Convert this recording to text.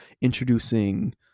introducing